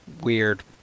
weird